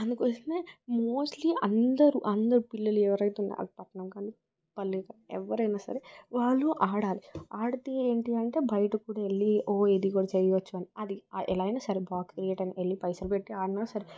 అందుకోసమే మోస్ట్లీ అందరు అందరు పిల్లలు ఎవరైతే ఉన్నారో పట్నం కానీ పల్లె కానీ ఎవరైనా సరే వాళ్ళు ఆడాలి ఆడితే ఏంటి అంటే బయటకు కూడా వెళ్ళి ఓ ఎదిగి చేయొచ్చు అని అది ఎలాగైనా సరే పైసలు పెట్టి ఆడినా సరే